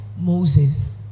Moses